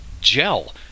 gel